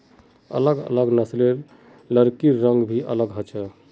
अलग अलग नस्लेर लकड़िर रंग भी अलग ह छे